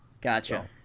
gotcha